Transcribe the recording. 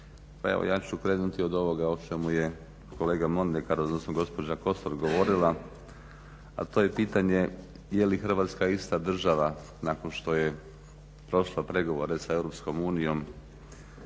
ja ću krenuti od ovoga o čemu je kolega Mondekar odnosno gospođa Kosor govorila, a to je pitanje jeli Hrvatska ista država nakon što je prošla pregovore sa EU. Na to